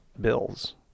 bills